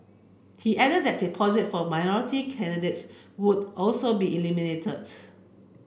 he added that deposits for minority candidates would also be eliminated